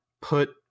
put